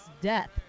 death